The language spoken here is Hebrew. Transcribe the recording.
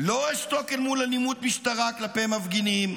לא אשתוק אל מול אלימות משטרה כלפי מפגינים.